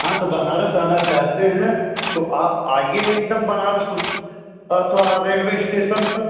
हाँ तो बनारस आना चाहते हैं तो आप आइए एकदम बनारस हाँ तो रेलवे इस्टेसन पर